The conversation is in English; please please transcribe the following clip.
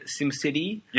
SimCity